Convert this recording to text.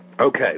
Okay